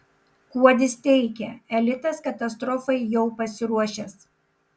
kuodis teigia elitas katastrofai jau pasiruošęs